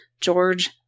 George